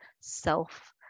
self